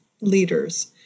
leaders